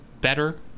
better